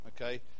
okay